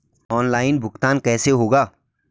Online भुगतान कैसे होगा?